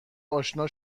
آشنا